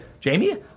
Jamie